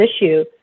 issue